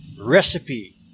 recipe